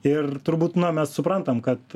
ir turbūt na mes suprantam kad